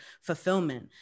fulfillment